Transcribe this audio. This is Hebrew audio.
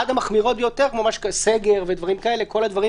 עד המחמירות ביותר סגר כל הדברים